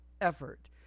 effort